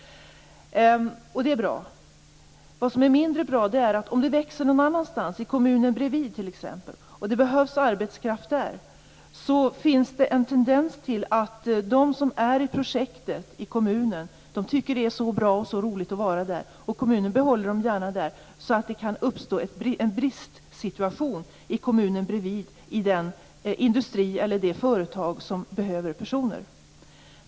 Det är bra. Vad som är mindre bra är om det växer någon annanstans, t.ex. i kommunen bredvid, och det behövs arbetskraft där. Det finns då en tendens till att de som är i ett projekt i kommunen tycker att det är så bra och roligt att vara där och att kommunen gärna behåller dem. Det kan då uppstå en bristsituation i kommunen bredvid i den industri eller det företag som behöver personer.